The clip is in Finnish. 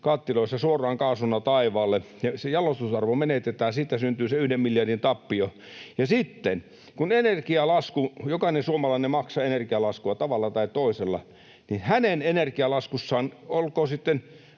kattiloissa suoraan kaasuna taivaalle: Se jalostusarvo menetetään. Siitä syntyy se yhden miljardin tappio. Ja sitten: Kun jokainen suomalainen maksaa energialaskua tavalla tai toisella, niin hänen energialaskussaan — olkoon sitten